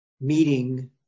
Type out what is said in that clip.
meeting